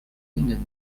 linden